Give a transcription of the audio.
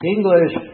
English